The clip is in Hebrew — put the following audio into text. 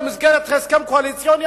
במסגרת הסכם קואליציוני,